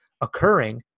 occurring